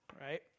right